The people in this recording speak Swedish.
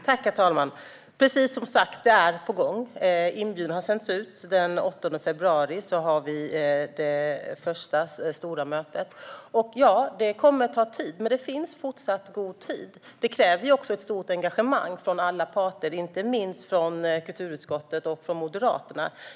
Herr talman! Det är, som sagt, på gång. Inbjudan har sänts ut, och den 8 februari har vi det första stora mötet. Ja, det kommer att ta tid, men det är fortsatt gott om tid. Det kräver också ett stort engagemang från alla parter, inte minst från kulturutskottet och från Moderaterna.